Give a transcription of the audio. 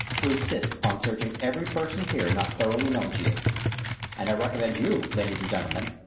to insist upon searching every person here not thoroughly known to you and i recommend you, ladies and gentlemen,